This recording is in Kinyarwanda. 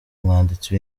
umwanditsi